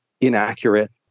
inaccurate